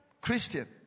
Christian